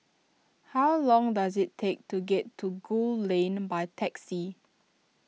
how long does it take to get to Gul Lane by taxi